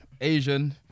Asian